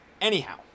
anyhow